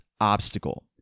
obstacle